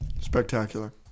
Spectacular